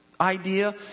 idea